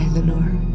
Lenore